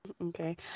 Okay